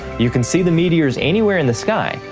you can see the meteors anywhere in the sky,